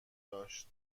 داشت